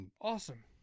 Awesome